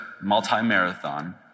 multi-marathon